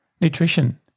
Nutrition